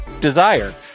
Desire